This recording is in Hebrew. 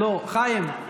לא, חיים.